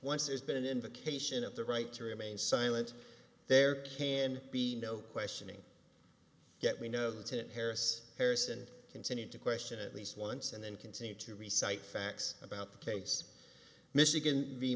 once there's been an invocation of the right to remain silent there can be no questioning yet we know that it harris harrison continued to question at least once and then continue to recites facts about the case michigan